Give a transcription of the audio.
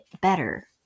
better